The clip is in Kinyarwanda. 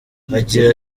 agira